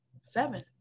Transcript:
seven